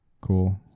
Cool